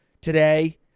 today